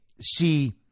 see